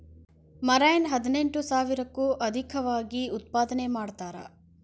marine ಹದಿನೆಂಟು ಸಾವಿರಕ್ಕೂ ಅದೇಕವಾಗಿ ಉತ್ಪಾದನೆ ಮಾಡತಾರ